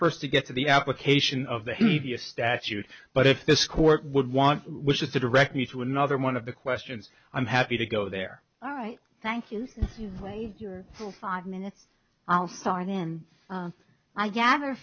first to get to the application of the heavey a statute but if this court would want which is a direct me to another one of the questions i'm happy to go there all right thank you for your five minutes i'll start in i gather